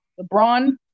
LeBron